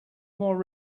more